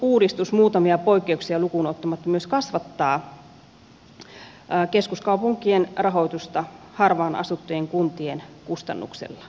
valtionosuusuudistus muutamia poikkeuksia lukuun ottamatta myös kasvattaa keskuskaupunkien rahoitusta harvaan asuttujen kuntien kustannuksella